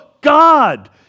God